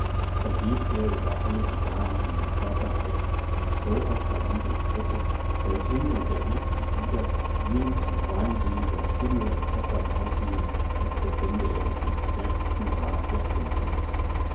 da geht er über alle die daliegenden körper weg stolpert bei jedem schritte fällt hin und erhebt sich wieder singt mit weinseliger stimme und hat das aussehen als befände er sich im stärksten grade der trunkenheit